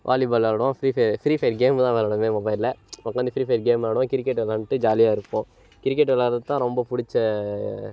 volleyball விளாயாடுவோம் Free Fire Free Fire game தான் விளயாடுவோமே மொபைலில் உக்காந்தி ஃபிரீ ஃபையர் கேமு விளயாடுவோம் கிரிக்கெட் விளயாண்ட்டு ஜாலியாக இருப்போம் கிரிக்கெட் விளயாட்றதுதான் ரொம்ப புடிச்ச